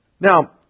Now